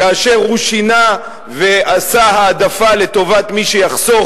כאשר הוא שינה ועשה העדפה לטובת מי שיחסוך